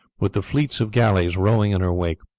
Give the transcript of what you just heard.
with the fleets of galleys rowing in her wake.